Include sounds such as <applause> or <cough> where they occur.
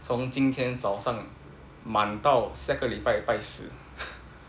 从今天早上满到下个礼拜拜四 <laughs>